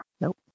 Nope